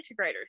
integrators